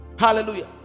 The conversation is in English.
Hallelujah